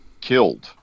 killed